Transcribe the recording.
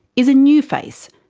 is a new face,